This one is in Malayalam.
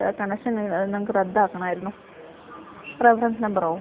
കണക്ഷൻ ഞങ്ങൾക്ക് റദ്ധാക്കണമായിരുന്നു റഫറൻസ് നമ്പറോ